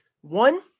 One